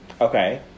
Okay